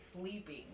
sleeping